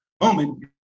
moment